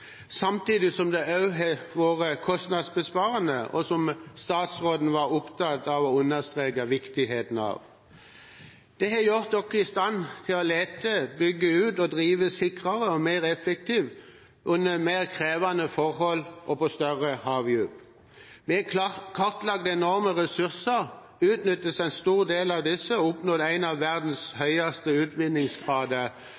samtidig som det også har vært kostnadsbesparende, som statsråden var opptatt av å understreke viktigheten av. Dette har gjort oss i stand til å lete, bygge ut og drive sikrere og mer effektivt, under mer krevende forhold og på større havdyp. Vi har kartlagt enorme ressurser, utnyttet en stor del av disse og oppnådd en av verdens